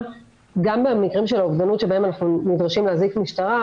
גם במקרים של האובדנות שבהם אנחנו נדרשים להזעיק משטרה,